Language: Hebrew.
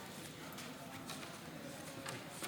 בעד